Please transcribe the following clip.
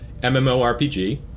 MMORPG